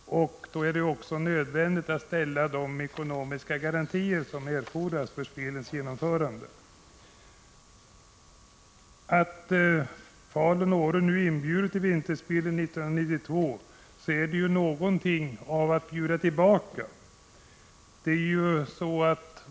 Då är det också nödvändigt att ställa de ekonomiska garantier som erfordras för spelens genomförande. Inbjudan från Falun och Åre till vinterspelen 1992 innebär att man i någon mån bjuder tillbaka.